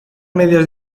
medios